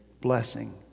blessing